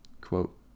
quote